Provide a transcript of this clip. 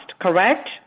Correct